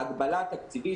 ההגבלה התקציבית,